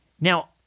Now